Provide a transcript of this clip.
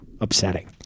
upsetting